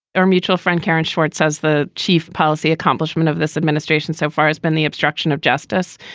our mutual friend karen schwarz says the chief policy accomplishment of this administration so far has been the obstruction of justice.